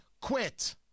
quit